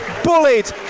bullied